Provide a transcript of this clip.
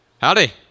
Howdy